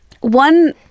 One